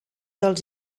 dels